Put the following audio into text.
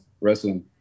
wrestling